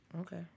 Okay